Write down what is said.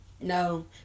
No